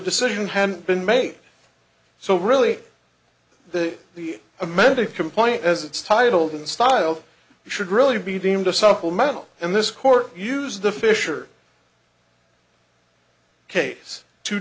decision had been made so really that the amended complaint as it's titled in style should really be deemed a supplemental and this court use the fisher case to